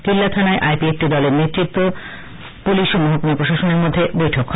কিল্লা থানায় আইপিএফটি দলের নেতৃত্ব ও পুলিশ ও মহকুমা প্রশাসনের মধ্যে বৈঠক হয়